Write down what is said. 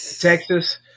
Texas